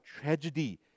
tragedy